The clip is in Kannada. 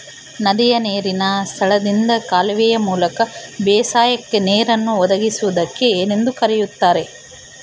ನದಿಯ ನೇರಿನ ಸ್ಥಳದಿಂದ ಕಾಲುವೆಯ ಮೂಲಕ ಬೇಸಾಯಕ್ಕೆ ನೇರನ್ನು ಒದಗಿಸುವುದಕ್ಕೆ ಏನೆಂದು ಕರೆಯುತ್ತಾರೆ?